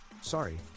Sorry